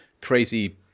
crazy